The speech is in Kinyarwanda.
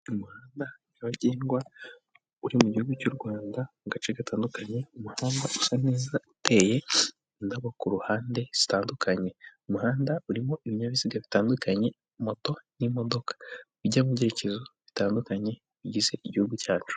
Umuhanda nyabagendwa uri mu gihugu cy'u Rwanda mu gace gatandukanye, umuhanda usa neza, uteye indabo ku ruhande zitandukanye. Umuhanda urimo ibinyabiziga bitandukanye, moto n'imodoka bijya mu byerekezo bitandukanye bigize igihugu cyacu.